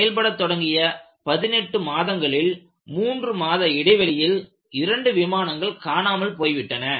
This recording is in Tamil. செயல்பட தொடங்கிய 18 மாதங்களில் மூன்று மாத இடைவெளியில் இரண்டு விமானங்கள் காணாமல் போய்விட்டன